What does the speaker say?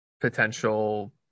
potential